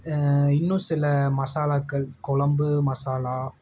இன்னும் சில மசாலாக்கள் குழம்பு மசாலா